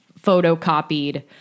photocopied